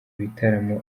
bitaramo